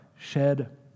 shed